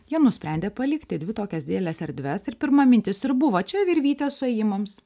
jie nusprendė palikti dvi tokias dideles erdves ir pirma mintis ir buvo čia virvytės suėjimams